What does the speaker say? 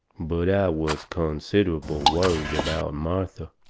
but i was considerable worried about martha.